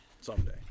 someday